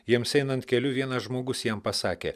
jiems einant keliu vienas žmogus jam pasakė